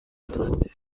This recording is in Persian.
معذرت